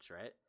right